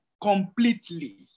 completely